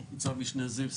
ניצב משנה זיו שגיא,